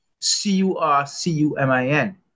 C-U-R-C-U-M-I-N